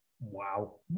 Wow